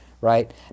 right